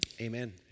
Amen